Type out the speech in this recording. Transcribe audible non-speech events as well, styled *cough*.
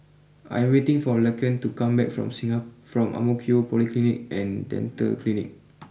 I am waiting for Laken to come back from *unintelligible* from Ang Mo Kio Polyclinic and Dental Clinic